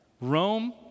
Rome